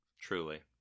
Truly